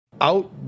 out